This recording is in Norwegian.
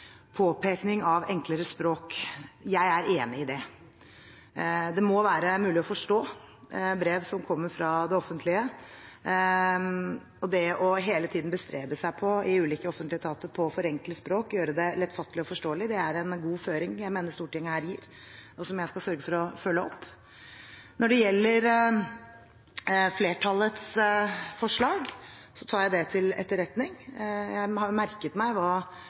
påpekning av enklere språk. Jeg er enig i det. Det må være mulig å forstå brev som kommer fra det offentlige, og her mener jeg Stortinget gir en god føring for hele tiden i offentlige etater å bestrebe seg på å forenkle språket og gjøre det lettfattelig og forståelig. Det skal jeg sørge for å følge opp. Når det gjelder flertallets forslag, tar jeg det til etterretning. Jeg har merket meg